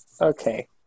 Okay